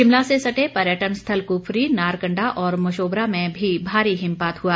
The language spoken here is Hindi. शिमला से सटे पर्यटन स्थल कुफरी नारकण्डा और मशोबरा में भी भारी हिमपात हुआ